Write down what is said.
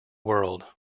world